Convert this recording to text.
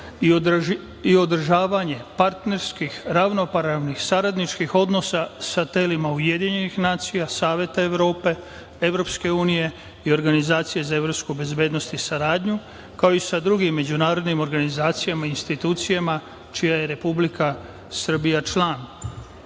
i održavanje partnerskih ravnopravnih saradničkih odnosa sa telima UN, Saveta Evrope, EU i Organizacije za evropsko bezbednosti i saradnju, kao i sa drugim međunarodnim organizacijama i institucijama čija je Republika Srbija član. Kada